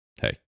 hey